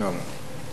לא אמורה.